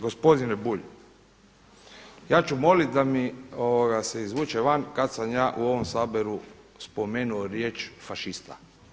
Gospodine Bulj, ja ću molit da mi se izvuče van kad sam ja u ovom Saboru spomenuo riječ fašista.